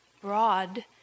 broad